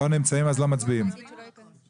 5. הצבעה לא אושר ההסתייגות נפלה.